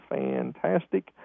fantastic